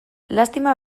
lastima